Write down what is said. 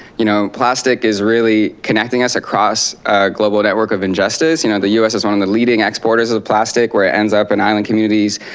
you know, plastic is really connecting us across a global network of injustice. you know, the us is one of the leading exporters of plastic where it ends up in island communities,